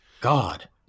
God